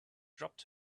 dropped